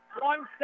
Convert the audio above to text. One